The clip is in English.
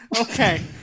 Okay